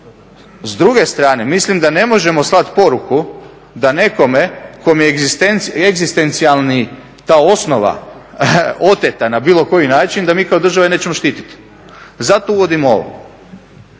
s druge strane mislim da ne možemo slat poruku da nekome kome je egzistencijalna ta osnova oteta na bilo koji način, da mi kao država je nećemo štititi. Zato uvodimo ovo.